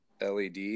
led